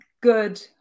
good